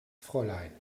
fräulein